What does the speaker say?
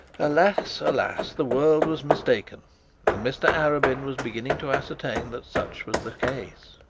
alas! alas! the world was mistaken and mr arabin was beginning to ascertain that such was the case.